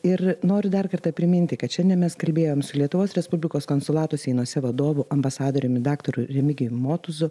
ir noriu dar kartą priminti kad šiandien mes kalbėjome su lietuvos respublikos konsulato seinuose vadovu ambasadoriumi daktaru remigijum motuzu